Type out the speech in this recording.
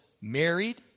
married